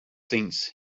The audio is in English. things